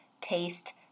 taste